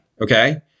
Okay